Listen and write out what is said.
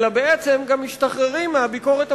אלא בעצם גם משתחררים מהביקורת הפרלמנטרית.